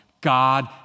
God